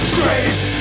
Straight